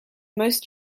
most